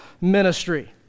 ministry